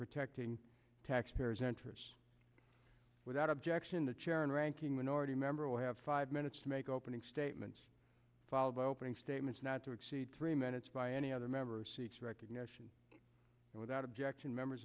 protecting taxpayers interests without objection the chair and ranking minority member will have five minutes to make opening statements followed by opening statements not to exceed three minutes by any other member speech recognition without objection members